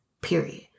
period